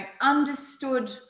understood